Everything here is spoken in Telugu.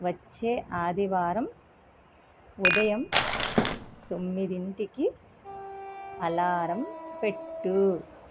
వచ్చే ఆదివారం ఉదయం తొమ్మిదింటికి అలారం పెట్టూ